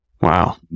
Wow